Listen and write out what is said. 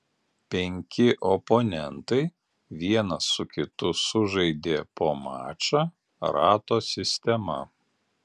penki oponentai vienas su kitu sužaidė po mačą rato sistema